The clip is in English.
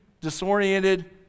disoriented